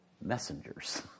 messengers